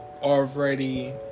already